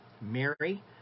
Mary